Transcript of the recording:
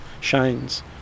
shines